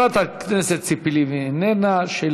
חברת הכנסת ציפי לבני, אינה נוכחת, שלי